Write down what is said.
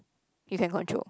you can control